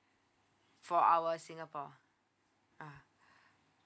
for our singapore ah